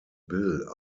bill